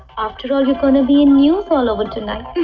going to be in news all over tonight.